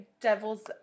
devil's